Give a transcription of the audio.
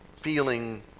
feeling